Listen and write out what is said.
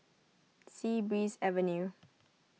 Sea Breeze Avenue